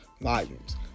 volumes